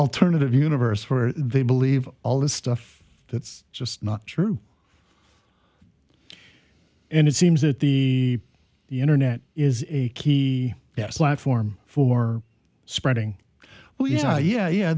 alternative universe where they believe all this stuff that's just not true and it seems that the internet is a key yes platform for spreading well yeah yeah yeah